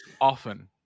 often